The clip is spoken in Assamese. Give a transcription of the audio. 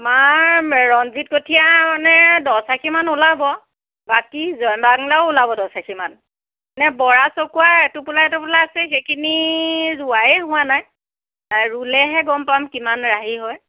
আমাৰ ৰঞ্জীত কঠীয়া মানে দহ আশী মান ওলাব বাকী জয়বাংলাও ওলাব দহ আশী মান নে বৰা চকোৱা এটোপোলা এটোপোলা আছে সেইখিনি ৰুৱাই হোৱা নাই ৰুলেহে গম পাম কিমান ৰাহি হয়